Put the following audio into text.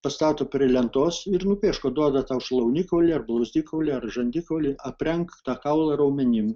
pastato prie lentos ir nupiešk o duoda tau šlaunikaulį blauzdikaulį ar žandikaulį aprenk tą kaulą raumenim